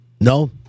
no